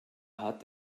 hat